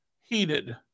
heated